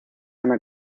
ana